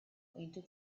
into